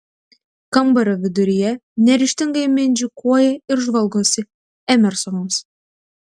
kambario viduryje neryžtingai mindžikuoja ir žvalgosi emersonas